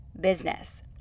business